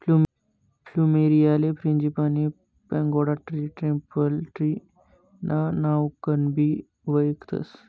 फ्लुमेरीयाले frangipani, pagoda tree, temple tree ना नावकनबी वयखतस